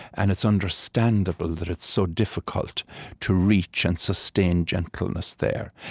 and it's understandable that it's so difficult to reach and sustain gentleness there.